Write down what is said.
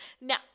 now